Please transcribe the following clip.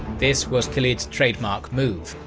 this was khalid's trademark move,